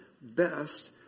best